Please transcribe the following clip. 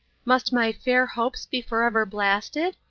must my fair hopes be forever blasted?